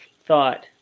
thought